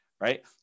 Right